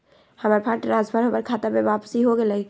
हमर fund transfer हमर खता में वापसी हो गेलय